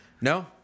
No